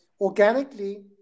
organically